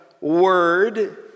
word